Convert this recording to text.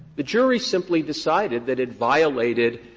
the jury simply decided that it violated